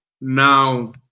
now